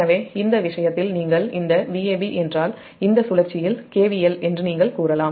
எனவே இந்த விஷயத்தில் நீங்கள் இந்த Vab என்றால்இந்தச் சுழற்சியில் KVL என்று நீங்கள் கூறலாம்